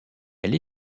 elle